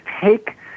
take